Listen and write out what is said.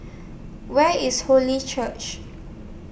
Where IS Holy Church